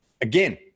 Again